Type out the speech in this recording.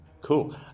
Cool